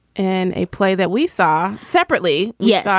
in a play that we saw separately. yes.